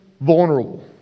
vulnerable